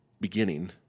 beginning